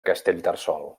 castellterçol